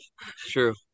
true